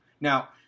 Now